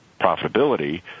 profitability